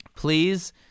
please